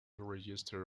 register